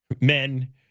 men